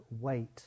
weight